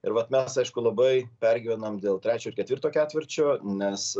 ir vat mes aišku labai pergyvenam dėl trečio ir ketvirto ketvirčio nes